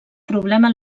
problema